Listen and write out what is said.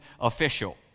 official